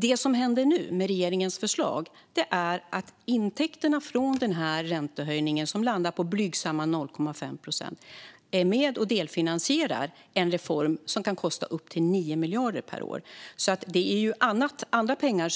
Det som händer nu, med regeringens förslag, är att intäkterna från den här räntehöjningen - där räntan hamnar på blygsamma 0,5 procent - är med och delfinansierar en reform som kan kosta upp till 9 miljarder per år. Det är alltså till största delen andra pengar